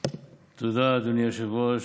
תודה, אדוני היושב-ראש.